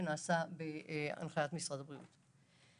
שנעשה בהנחיית משרד הבריאות.